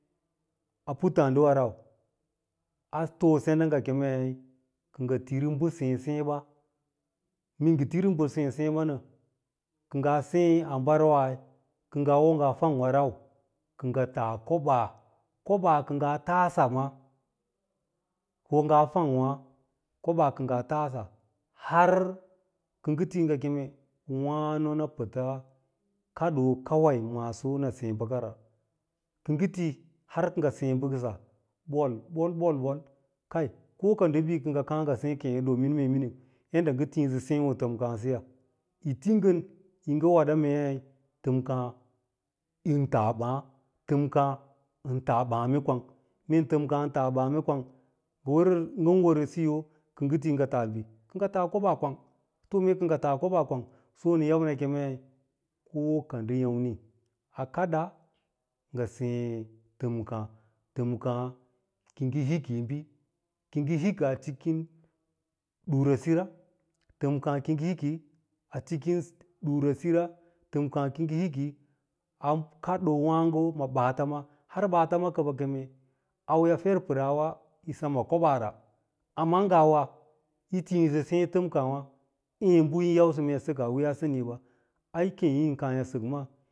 A pattààɗiwa maa rau a too sɚnda nga ngɚ tiri mbɚ sêê-sêê, mee ngɚ tiri mbɚ sêê-sêê ɓanɚ, kɚ ngaa see a mbarwa, kɚ ngaa fang’wa rau, kɚ ngɚ taa koɓaa koɓaa kɚ ngaa taasa ma ko ngaa f’ang’wa, ko ɓwa kɚ ngaa tansa har kɚ ngɚ fr ngɚ keme wano nɚ pɚts kaɗoo kawai maaso nɚ sêê ɓɚkarara kɚ ngɚ ti har kɚ ngɚ sêê mbɚsa ɓol ɓol-ɓol-ɓol kai ko ka ndɚ bi kɚ ngɚ kaa ngɚ sie êê yà domin moe minil yadda ngɚ thisɚ sêê tomkà siya titi ngɚ ɚ ngɚ were mei tɚmka ɚn tas bab, tɚmkàà ɚn tas, ɓàsme kwang, ngɚ wɚrɚ ɚn wɚ sɚsiyɚ kɚ ngɚ ti ngɚ taa ɗɚm, kɚ tas koɓaa, to mee kɚ ngɚ tas koɓaa kwang so nɚn yau ne kemei ko ndɚ yàmni a kaɗa ngɚ sêê tɚmkà, temka ki yi ngɚ hik, ki yi ngɚ hiki a cikin ɗurasira tɚmkà kiyi hikis durasira, tɚmkà ki yingɚ hiki a kaɗoo wààgo ma ɓaatsma har ɓaats kɚ bɚ keme auyawa a fer pɚraawe yisem ma ma koɓan amma ngawayitiisɚ sêê tɚmkaawa êê bbɚ yin yausɚ mee yi sɚkaa wiiya samiiba, ai kêêyê yin kàà yi sɚk maa